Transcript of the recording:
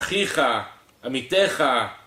אחיך, עמיתך